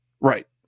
Right